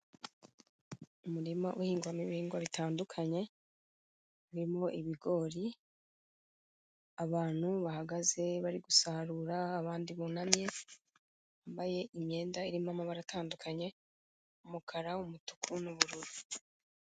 Umurima uhingwamo ibihingwa bitandukanye birimo ibigori, abantu bahagaze bari gusarura abandi bunamye, bambaye imyenda irimo amabara atandukanye, umukara, umutuku n'ubururu.